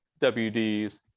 wds